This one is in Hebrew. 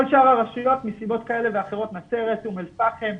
כל שאר הרשויות, נצרת, אום אל פאחם,